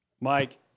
Mike